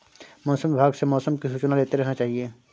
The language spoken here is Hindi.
मौसम विभाग से मौसम की सूचना लेते रहना चाहिये?